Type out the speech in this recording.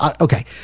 Okay